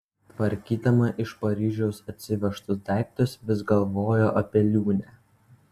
tvarkydama iš paryžiaus atsivežtus daiktus vis galvojo apie liūnę